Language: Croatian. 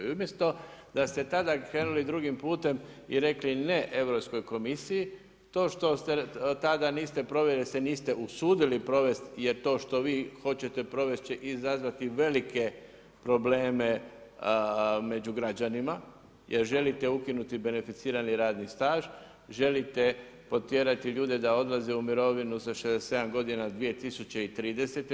I umjesto, da ste tada krenuli drugim putem i rekli ne Europskoj komisiji, to što ste tada niste proveli jer se niste usudili provesti, jer to što vi hoćete provesti, izazvati velike probleme među građanima, jer želite ukinuti beneficirani radni staž, želite otjerati ljude da odlaze u mirovinu sa 67 g. 2030.